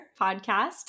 podcast